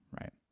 right